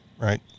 right